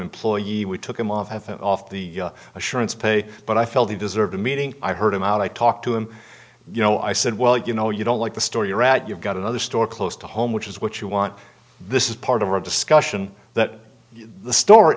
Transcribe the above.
employee we took him off and off the assurance pay but i felt he deserved a meeting i heard him out i talked to him you know i said well you know you don't like the story you've got another store close to home which is what you want this is part of our discussion that the store